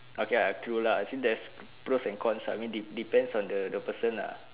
okay lah true lah actually there's pros and cons lah I mean de~ depends on the the person lah